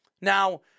Now